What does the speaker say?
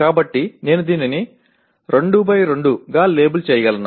కాబట్టి నేను దీనిని 2 2 గా లేబుల్ చేయగలను